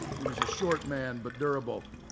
he was a short man, but durable.